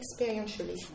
experientially